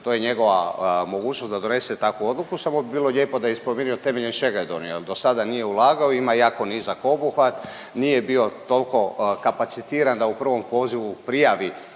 to je njegova mogućnost da donese takvu odluku, samo bi bilo lijepo da je spomenuo temeljem čega je donio jer do sada nije ulagao, ima jako nizak obuhvat, nije bio toliko kapacitiran da u prvom pozivu prijavi